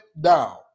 down